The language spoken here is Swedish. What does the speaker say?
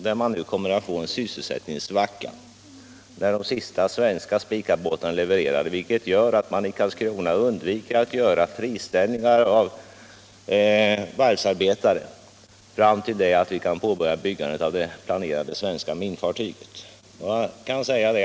Där kommer man att få en sysselsättningssvacka när de sista svenska Spicabåtarna är levererade, men man försöker undvika att göra friställningar av varvsarbetare fram till det att man kan påbörja byggandet av det planerade svenska minfartyget.